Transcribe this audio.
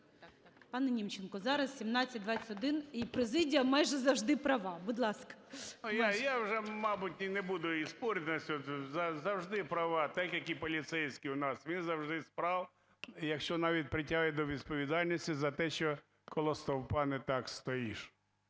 Пане Німченко, зараз – 1721, і президія майже завжди права. Будь ласка. 11:42:07 НІМЧЕНКО В.І. Я вже, мабуть, і не буду і спорити, завжди права – так, як і поліцейський в нас, він завжди прав, якщо навіть притягує до відповідальності за те, що коло стовпа не так стоїш.